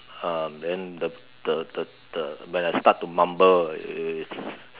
um then the the the the when I start to mumble it's